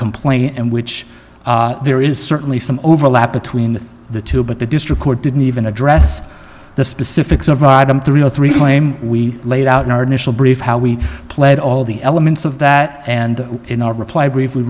complaint and which there is certainly some overlap between the two but the district court didn't even address the specifics of the real three claim we laid out in our initial brief how we played all the elements of that and in our reply brief